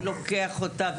הוא לוקח אותה,